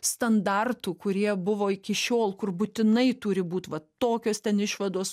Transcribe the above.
standartų kurie buvo iki šiol kur būtinai turi būt vat tokios ten išvados